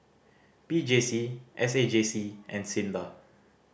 P J C S A J C and SINDA